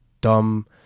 dumb